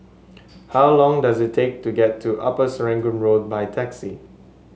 how long does it take to get to Upper Serangoon Road by taxi